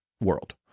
world